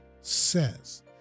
says